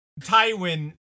Tywin